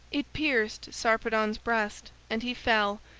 it pierced sarpedon's breast and he fell,